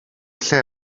lle